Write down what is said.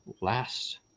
last